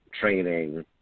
training